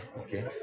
okay